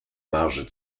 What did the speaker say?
marge